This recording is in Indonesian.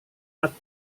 aku